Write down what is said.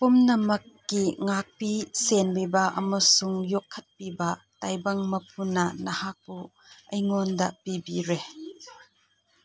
ꯄꯨꯝꯅꯃꯛꯀꯤ ꯉꯥꯛꯄꯤ ꯁꯦꯟꯕꯤꯕ ꯑꯃꯁꯨꯡ ꯌꯣꯛꯈꯠꯄꯤꯕ ꯇꯥꯏꯕꯪ ꯃꯄꯨꯅ ꯅꯍꯥꯛꯄꯨ ꯑꯩꯉꯣꯟꯗ ꯄꯤꯕꯤꯔꯦ